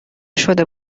شده